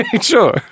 Sure